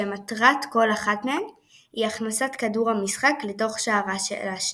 שמטרת כל אחת מהן היא הכנסת כדור המשחק לתוך שערה של השנייה.